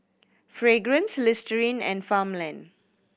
Fragrance Listerine and Farmland